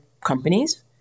companies